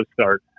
start